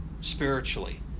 spiritually